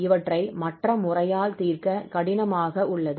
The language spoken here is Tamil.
இவற்றை மற்ற முறையால் தீர்க்க கடினமாக உள்ளது